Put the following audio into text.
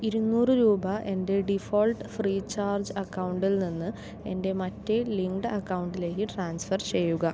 ഇരുന്നൂറ് രൂപ എൻ്റെ ഡിഫോൾട്ട് ഫ്രീ ചാർജ് അക്കൗണ്ടിൽ നിന്ന് എൻ്റെ മറ്റേ ലിങ്ക്ഡ് അക്കൗണ്ടിലേക്ക് ട്രാൻസ്ഫർ ചെയ്യുക